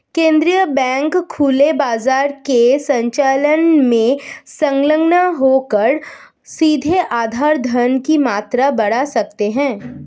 केंद्रीय बैंक खुले बाजार के संचालन में संलग्न होकर सीधे आधार धन की मात्रा बढ़ा सकते हैं